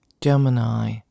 Gemini